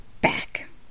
back